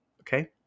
Okay